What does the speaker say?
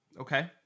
Okay